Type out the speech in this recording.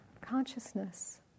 consciousness